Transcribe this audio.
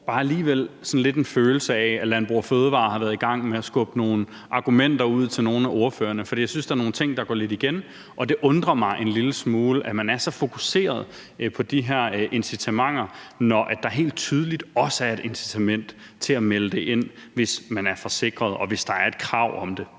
bare alligevel sådan lidt en følelse af, at Landbrug & Fødevarer har været i gang med at skubbe nogle argumenter ud til nogle af ordførerne, for jeg synes, der er nogle ting, der går lidt igen. Det undrer mig en lille smule, at man er så fokuseret på de her incitamenter, når der helt tydeligt også er et incitament til at melde det ind, hvis man er forsikret, og hvis der er et krav om det.